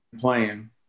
playing